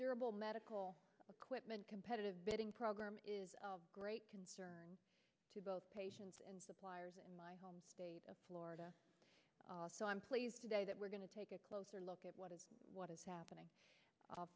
durable medical equipment competitive bidding program is great concern to both patients and suppliers in my home state of florida so i'm pleased today that we're going to take a closer look at what is what is happening